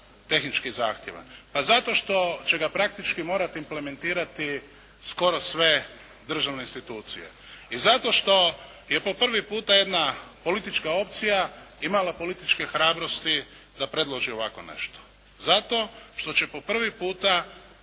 tehnički zahtjevan? Pa zato što će ga praktički morati implementirati skoro sve državne institucije i zato što je po prvi puta jedna politička opcija imala političke hrabrosti da predloži ovako nešto. Zato što će po prvi puta